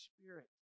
Spirit